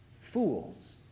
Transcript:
fools